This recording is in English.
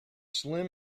slim